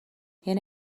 یعنی